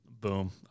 Boom